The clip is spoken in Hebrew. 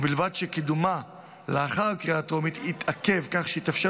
ובלבד שקידומה לאחר הקריאה הטרומית יתעכב כך שיתאפשר